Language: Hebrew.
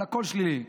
על הכול שלילי,